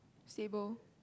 stable